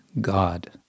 God